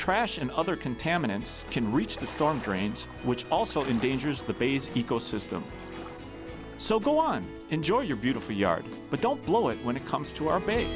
trash and other contaminants can reach the storm drains which also in danger's the bays ecosystem so go on enjoy your beautiful yard but don't blow it when it comes to our